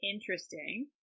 Interesting